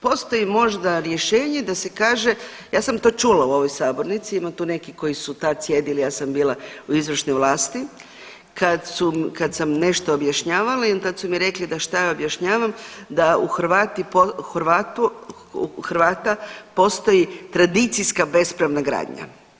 Postoji možda rješenje da se kaže, ja sam to čula u ovoj sabornici, ima tu neki koji su tad sjedili, ja sam bila u izvršnoj vlasti kad su, kad sam nešto objašnjavala i tad su mi rekli da šta objašnjavam da u Hrvata postoji tradicijska bespravna gradnja.